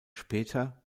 später